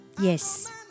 Yes